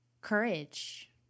courage